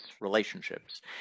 relationships